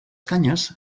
canyes